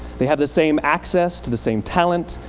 they have the same access to the same talent,